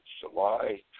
July